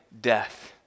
death